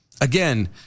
Again